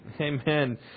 Amen